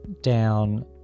down